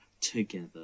together